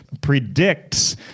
predicts